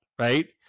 Right